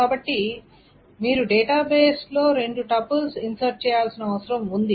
కాబట్టి మీరు డేటాబేస్ లో రెండు టపుల్స్ ఇన్సర్ట్ చెయ్యాల్సిన అవసరం ఉంది